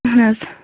اَہَن حظ